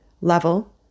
level